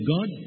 God